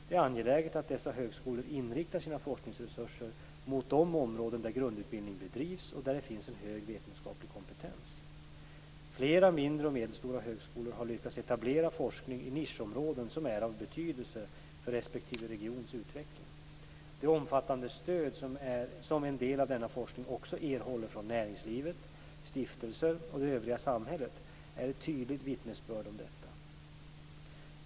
Det är angeläget att dessa högskolor inriktar sina forskningsresurser mot de områden där grundutbildning bedrivs och där det finns en hög vetenskaplig kompetens. Flera mindre och medelstora högskolor har lyckats etablera forskning i nischområden som är av betydelse för respektive regions utveckling. Det omfattande stöd som en del av denna forskning också erhåller från näringslivet, stiftelser och det övriga samhället är ett tydligt vittnesbörd om detta.